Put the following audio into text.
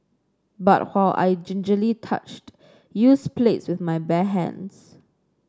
but while I gingerly touched used plates with my bare hands